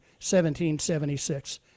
1776